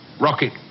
rocket